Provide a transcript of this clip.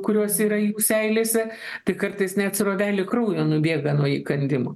kurios yra jų seilėse tai kartais net srovelė kraujo nubėga nuo įkandimo